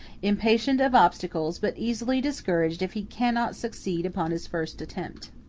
impatient of obstacles, but easily discouraged if he cannot succeed upon his first attempt.